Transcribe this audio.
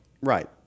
Right